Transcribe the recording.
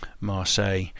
Marseille